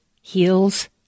heals